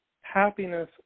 happiness